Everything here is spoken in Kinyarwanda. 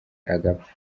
agapfa